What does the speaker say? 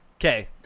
Okay